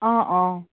অঁ অঁ